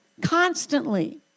Constantly